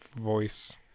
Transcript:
voice